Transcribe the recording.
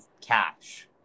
cash